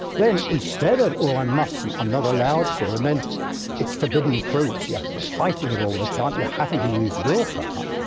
then, instead of, oh, i mustn't, i'm not allowed to and then it's forbidden fruit. you're fighting it all the time. you're having to use willpower.